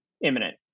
imminent